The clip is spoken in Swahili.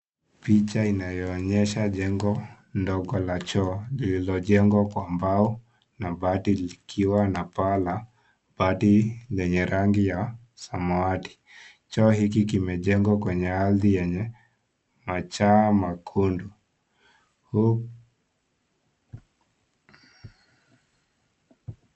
Picha inayoonyesha jengo ndogo la Choo lililojengwa Kwa mbao na baadhi likiwa na paa ala badi lenye rangi ya samawati. Choo hiki kimejengwa kwenye ardhi yenye machaa makundu.